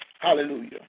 Hallelujah